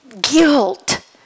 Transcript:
guilt